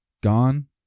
Gone